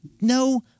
No